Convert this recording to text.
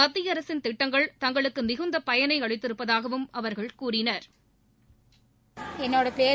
மத்திய அரசின் திட்டங்கள் தங்களுக்கு மிகுந்த பயனை அளித்திருப்பதாகவும் அவர்கள் கூறினர்